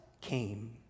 came